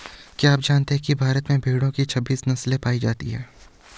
आप जानते है भारत में भेड़ो की छब्बीस नस्ले पायी जाती है